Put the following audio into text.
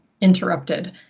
interrupted